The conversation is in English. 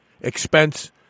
expense